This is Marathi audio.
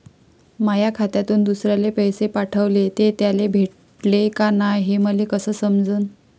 माया खात्यातून दुसऱ्याले पैसे पाठवले, ते त्याले भेटले का नाय हे मले कस समजन?